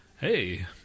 Hey